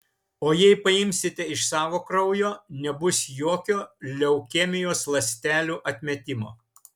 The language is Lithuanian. o jei paimsite iš savo kraujo nebus jokio leukemijos ląstelių atmetimo